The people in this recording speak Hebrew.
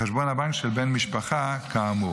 לחשבון הבנק של בן משפחה כאמור.